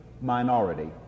minority